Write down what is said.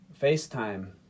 FaceTime